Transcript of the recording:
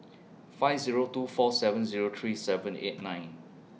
five Zero two four seven Zero three seven eight nine